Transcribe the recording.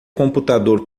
computador